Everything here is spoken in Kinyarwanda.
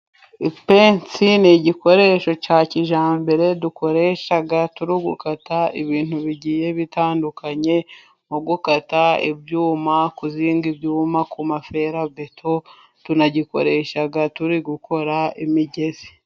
Ipensi ni igikoresho cya kijyambere dukoresha turi gukata ibintu bigiye bitandukanye, nko gukata ibyuma, kuzinga byuma ku mafera beto, tunagikoresha turi gukora imigezi.